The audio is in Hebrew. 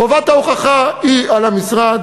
חובת ההוכחה היא על המשרד.